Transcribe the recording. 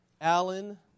Allen